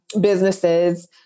businesses